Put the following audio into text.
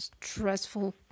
stressful